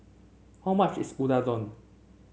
how much is Unadon